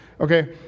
Okay